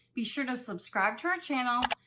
be sure to subscribe to our channel,